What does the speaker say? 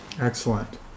Excellent